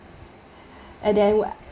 and then